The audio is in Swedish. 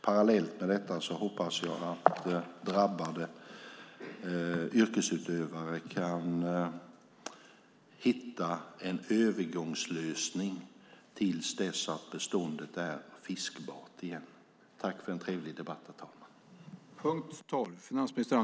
Parallellt med detta hoppas jag att drabbade yrkesutövare kan hitta en övergångslösning till dess att beståndet är fiskbart igen.